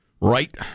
right